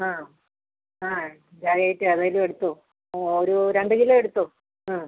ആ ആ India Gate ഏതെങ്കിലും എടുത്തോ ഒരു രണ്ട് കിലോ എടുത്തോ ആ